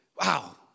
Wow